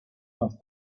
más